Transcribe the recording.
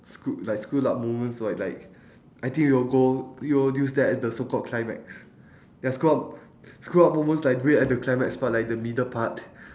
screw like screwed up moments so I like I think we will go you know use that as the so called climax ya it's called screw up moments like wait at the climax for like the middle part